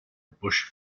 bush